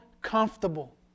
comfortable